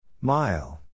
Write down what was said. Mile